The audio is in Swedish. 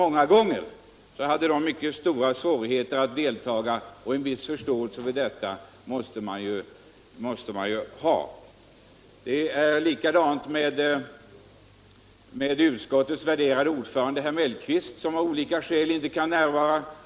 Många gånger har de naturligtvis stora svårigheter att delta, och en viss förståelse för det måste man ha. Utskottets värderade ordförande herr Mellqvist kan av olika skäl inte heller närvara.